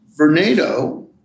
Vernado